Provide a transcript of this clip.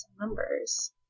numbers